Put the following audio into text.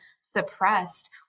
suppressed